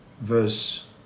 Verse